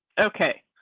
okay,